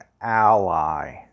ally